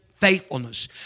faithfulness